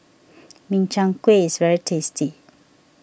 Min Chiang Kueh is very tasty